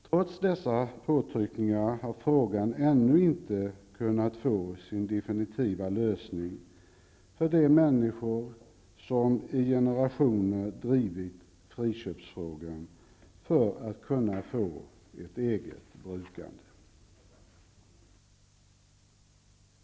Trots dessa påtryckningar har frågan ännu inte kunnat få sin definitiva lösning för de människor som i generationer drivit friköpsfrågan för att kunna få ett eget brukande.